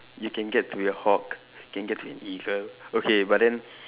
you can get to be a hawk you can get to be an eagle okay but then